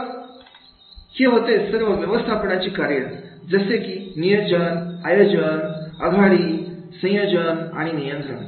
तर होती सर्व व्यवस्थापनाची कार्य जसे की नियोजन आयोजन आघाडी संयोजन आणि नियंत्रण